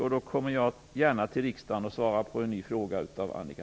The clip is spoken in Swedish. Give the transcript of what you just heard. I så fall kommer jag gärna till riksdagen och svarar på en ny fråga av Annika